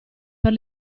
per